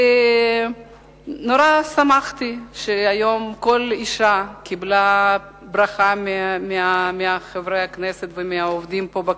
ונורא שמחתי שהיום כל אשה קיבלה ברכה מחברי הכנסת ומהעובדים פה,